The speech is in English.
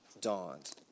dawned